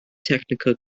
technical